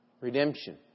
Redemption